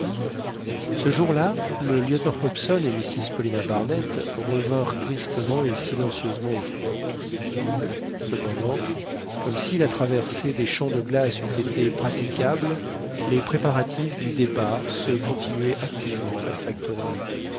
ce jour-là le lieutenant hobson et mrs paulina barnett revinrent tristement et silencieusement au fort cependant comme si la traversée des champs de glace eût été praticable les préparatifs du départ se continuaient activement à la